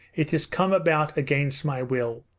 it has come about against my will.